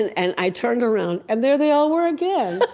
and and i turned around, and there they all were again.